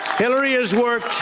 hillary has worked